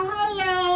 Hello